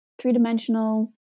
three-dimensional